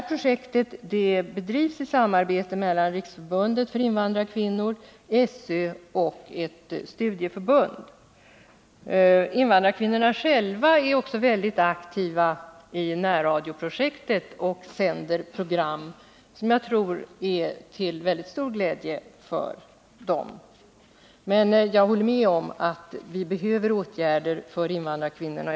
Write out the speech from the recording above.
Projektet bedrivs i samarbete mellan Riksförbundet för invandrarkvinnor, SÖ och ett studieförbund. Invandrarkvinnorna själva är också mycket aktiva i närradioprojektet och sänder program som jag tror är till mycket stor glädje för dem. Men jag håller med om att vi behöver vidta åtgärder för invandrarkvinnorna.